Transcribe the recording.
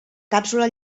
càpsula